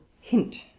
hint